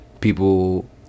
people